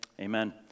Amen